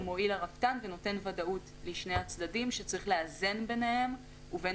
מועיל רפתן ונותן ודאות לשני הצדדים שצריך לאזן ביניהם לבין